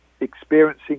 experiencing